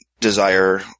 desire